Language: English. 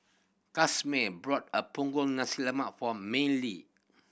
Casimer brought a Punggol Nasi Lemak for Mellie